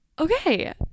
Okay